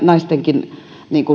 naistenkin